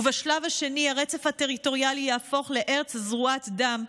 ובשלב שני הרצף הטריטוריאלי יהפוך לארץ זרועת דם,